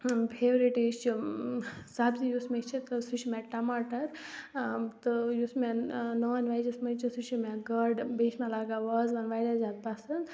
favourite یہِ چھِ سبزی یُس مےٚ چھِ تہٕ سُہ چھِ مےٚ ٹماٹر تہٕ یُس مےٚ نان وٮ۪جَس منٛز چھِ سُہ چھِ مےٚ گاڈٕ بیٚیہِ چھِ مےٚ لَگان وازوان واریاہ زیادٕ پَسنٛد